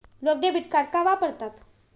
लोक debit card का वापरतात?